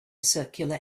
circular